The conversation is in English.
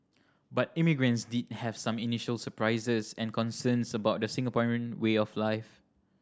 but immigrants did have some initial surprises and concerns about the Singaporean way of life